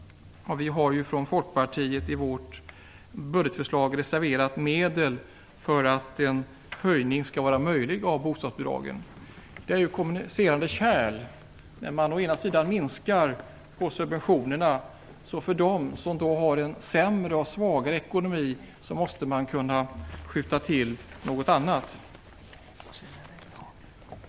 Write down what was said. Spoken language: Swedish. Vi har från Folkpartiet i vårt budgetförslag reserverat medel för att en höjning av bostadsbidragen skall vara möjlig. Det är fråga om kommunicerande kärl. Å ena sidan minskar man på subventionerna, men för dem som har en sämre och svagare ekonomi måste man kunna skjuta till något annat.